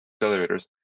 accelerators